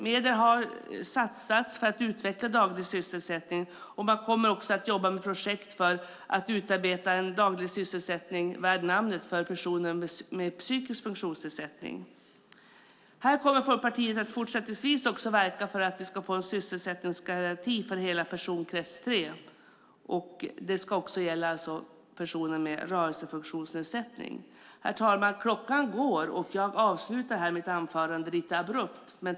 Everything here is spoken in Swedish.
Medel har satsats för att utveckla daglig sysselsättning, och man kommer också att jobba med projekt för att utarbeta en daglig sysselsättning värd namnet för personer med psykisk funktionsnedsättning. Här kommer Folkpartiet att fortsättningsvis också verka för att vi ska få en sysselsättningsgaranti för hela personkrets 3. Det ska alltså också gälla personer med rörelsefunktionsnedsättning. Herr talman! Klockan går, och jag avslutar här mitt anförande lite abrupt.